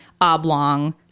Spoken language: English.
oblong